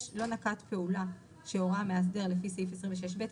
לא נקט פעולות שהורה המאסדר לפי סעיף 26(ב)